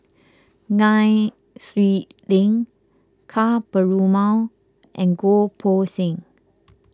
Nai Swee Leng Ka Perumal and Goh Poh Seng